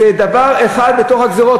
זה דבר אחד בתוך הגזירות,